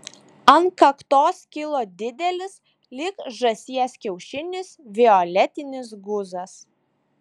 ant kaktos kilo didelis lyg žąsies kiaušinis violetinis guzas